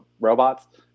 robots